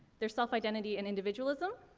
their self-identity and individualism,